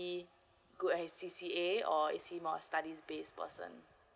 good at C_C_A or is he more on studies based person